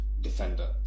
defender